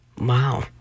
Wow